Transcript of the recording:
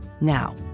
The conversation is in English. Now